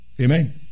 Amen